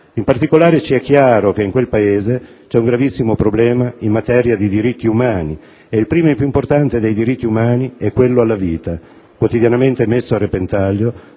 In particolare, ci è chiaro che in quel Paese c'è un gravissimo problema in materia di diritti umani e il primo e più importante dei diritti umani è quello alla vita, quotidianamente messo a repentaglio